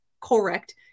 correct